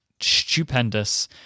stupendous